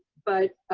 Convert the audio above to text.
but